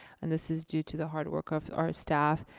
and this is due to the hard work of our staff.